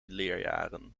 leerjaren